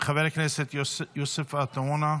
חבר הכנסת יוסף עטאונה,